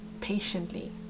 patiently